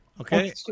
Okay